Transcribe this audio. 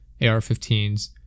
AR-15s